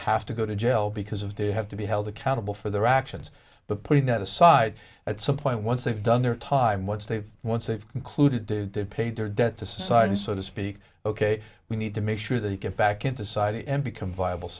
have to go to jail because of they have to be held accountable for their actions but putting that aside at some point once they've done their time once they've once they've concluded to pay their debt to society so to speak ok we need to make sure they get back into society and become viable